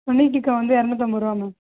பன்னீர் டிக்கா வந்து இரநூத்து ஐம்பதுரூவா மேம்